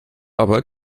aber